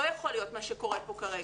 לא יכול להיות מה שקורה פה כרגע.